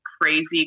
crazy